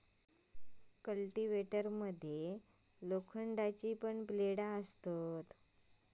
cultivator मध्ये लोखंडाची ब्लेडा असतत